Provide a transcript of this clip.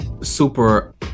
super